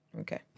Okay